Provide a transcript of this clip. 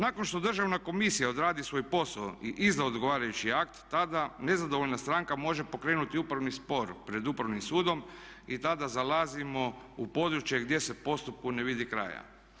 Nakon što Državna komisija odradi svoj posao i izda odgovarajući akt tada nezadovoljna stranka može pokrenuti upravni spor pred Upravnim sudom i tada zalazimo u područje gdje se postupku ne vidi kraja.